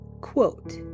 quote